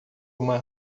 uma